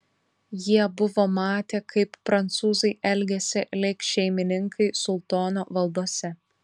jie buvo matę kaip prancūzai elgiasi lyg šeimininkai sultono valdose